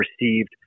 received